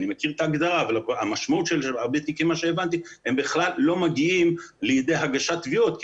אני מכיר את ההגדרה הם בכלל לא מגיעים לידי הגשת תביעות כי